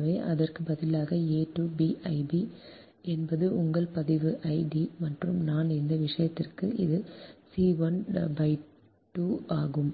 எனவே அதற்கு பதிலாக a to b I b என்பது உங்கள் பதிவு 1 D மற்றும் நான் இந்த விஷயத்திற்கு இது c 1 2 D ஆகும்